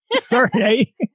sorry